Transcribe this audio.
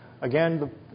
Again